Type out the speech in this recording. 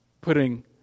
putting